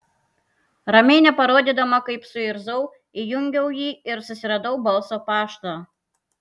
ramiai neparodydama kaip suirzau įjungiau jį ir susiradau balso paštą